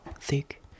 thick